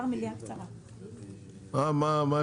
לא.